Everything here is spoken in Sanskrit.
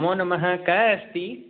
नमोनमः कः अस्ति